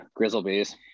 Grizzlebees